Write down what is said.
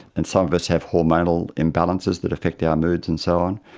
and some of us have hormonal imbalances that affect our moods and so on,